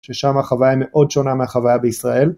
ששם החוויה היא מאוד שונה מהחוויה בישראל.